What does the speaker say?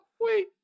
Wait